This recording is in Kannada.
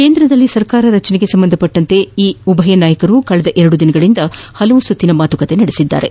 ಕೇಂದ್ರದಲ್ಲಿ ಸರ್ಕಾರ ರಚನೆಗೆ ಸಂಬಂಧಿಸಿದಂತೆ ಉಭಯ ನಾಯಕರು ಕಳೆದ ಎರಡು ದಿನಗಳಿಂದ ಪಲವು ಸುತ್ತಿನ ಮಾತುಕತೆ ನಡೆಸಿದ್ದಾರೆ